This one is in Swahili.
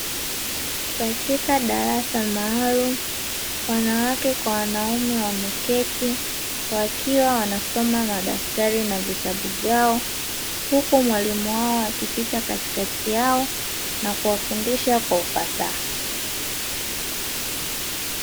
Katika darasa maalum wanawake kwa wanaume wameketi, wakiwa wanasoma madaftari na vitabu vyao huko mwalimu wao akipita katikati yao na kuwafundisha kwa ufasaha.